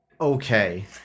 okay